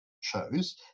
shows